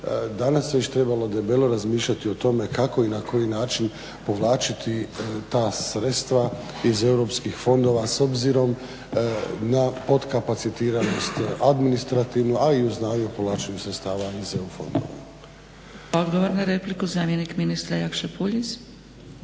danas već trebalo debelo razmišljati o tome kako i na koji način povlačiti ta sredstva iz EU fondova s obzirom na podkapacitiranost administrativnu, a i u znanju povlačenju sredstava iz EU fondova. **Zgrebec, Dragica (SDP)** Odgovor na repliku, zamjenik ministra Jakša Puljiz.